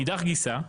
מאידך גיסא,